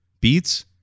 Beets